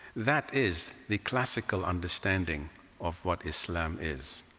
that is the classical understanding of what islam is.